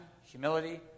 humility